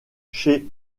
chez